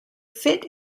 fit